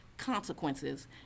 consequences